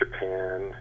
Japan